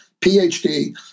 phd